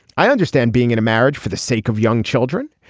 i understand being in a marriage for the sake of young children.